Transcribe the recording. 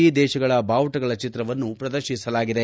E ದೇಶಗಳ ಭಾವುಟಗಳ ಚಿತ್ರವನ್ನು ಪ್ರದರ್ಶಿಸಲಾಗಿದೆ